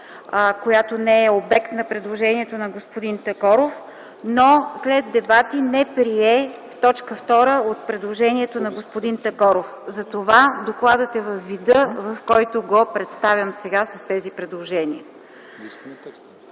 която не е обект на предложението на господин Такоров. Но след дебати не прие т. 2 от предложението на господин Такоров – затова докладът е във вида, в който го представям сега с тези предложения.